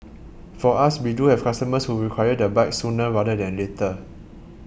for us we do have customers who require the bike sooner rather than later